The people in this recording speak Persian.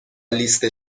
لیست